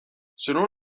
selon